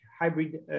hybrid